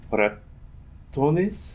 ratones